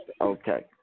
Okay